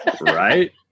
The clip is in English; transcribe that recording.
Right